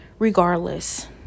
regardless